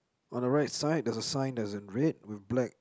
on the right side there's a sign that's in red with black